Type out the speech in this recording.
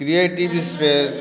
creative space